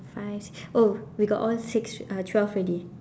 five six oh we got all six uh twelve already